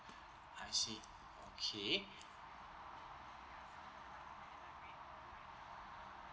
I see okay